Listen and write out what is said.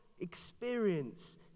experience